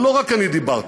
ולא רק אני דיברתי,